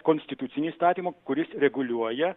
konstitucinį įstatymą kuris reguliuoja